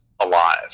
alive